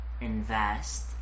invest